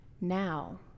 Now